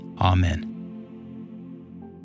Amen